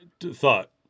thought